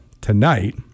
tonight